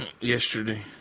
Yesterday